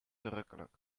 verrukkelijk